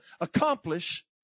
accomplish